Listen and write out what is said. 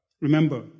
Remember